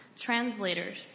translators